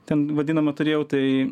ten vadinama turėjau tai